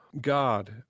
God